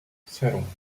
cero